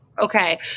Okay